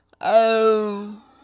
Oh